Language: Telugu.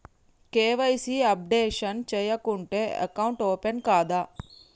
కే.వై.సీ అప్డేషన్ చేయకుంటే అకౌంట్ ఓపెన్ కాదా?